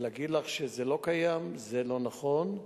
להגיד לך שזה לא קיים, זה לא נכון.